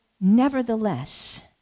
nevertheless